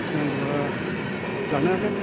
नांगौबा लानो हागोन